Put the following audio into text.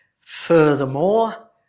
Furthermore